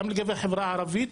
גם לגבי החברה הערבית,